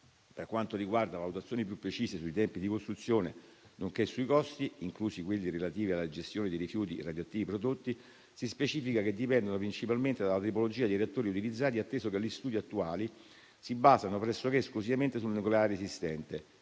Per quanto riguarda valutazioni più precise sui tempi di costruzione, nonché sui costi, inclusi quelli relativi alla gestione dei rifiuti radioattivi prodotti, si specifica che dipendono principalmente dalla tipologia di reattori utilizzati, atteso che gli studi attuali si basano pressoché esclusivamente sul nucleare esistente,